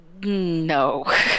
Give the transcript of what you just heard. No